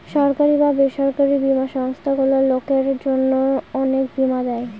সরকারি বা বেসরকারি বীমা সংস্থারগুলো লোকের জন্য অনেক বীমা দেয়